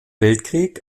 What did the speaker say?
weltkrieg